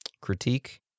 critique